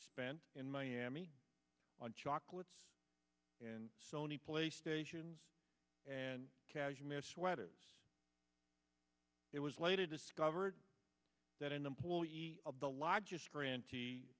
spent in miami on chocolates and sony playstation and cashmere sweaters it was later discovered that an employee of the largest gran